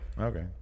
Okay